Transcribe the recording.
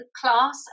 class